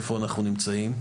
איפה אנחנו נמצאים.